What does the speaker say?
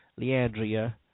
leandria